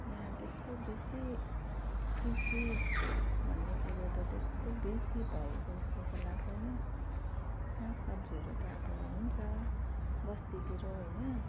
यहाँ त्यस्तो बेसी कृषि भन्ने कुरो त त्यस्तो बेसी भएको जस्तो त लाग्दैन साग सब्जीहरू त अब हुन्छ बस्तीतिर होइन